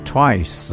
Twice